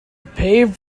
paved